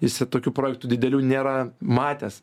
jisai tokių projektų didelių nėra matęs